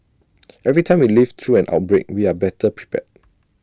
every time we live through an outbreak we are better prepared